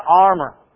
armor